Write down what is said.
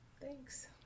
Thanks